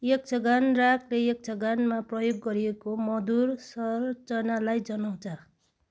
यक्षगान रागले यक्षगानमा प्रयोग गरिएको मधुर संरचनालाई जनाउँछ